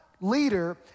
leader